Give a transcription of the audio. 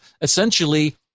essentially